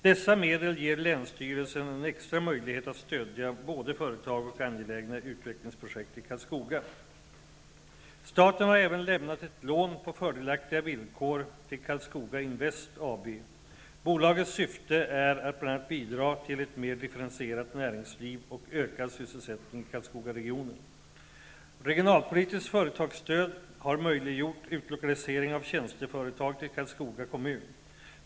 Dessa medel ger länsstyrelsen en extra möjlighet att stödja både företag och angelägna utvecklingsprojekt i Karlskoga. Staten har även lämnat ett lån på fördelaktiga villkor till Karlskoga Invest AB. Bolagets syfte är att bl.a. bidra till ett mer differentierat näringsliv och ökad sysselsättning i Karlskogaregionen. Regionalpolitiskt företagsstöd har möjliggjort utlokalisering av tjänsteföretag till Karlskoga kommun.